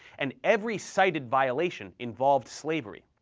and every cited violation involved slavery.